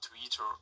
twitter